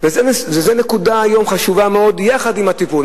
זו נקודה חשובה מאוד, יחד עם הטיפול.